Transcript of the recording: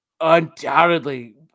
undoubtedly